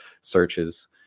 searches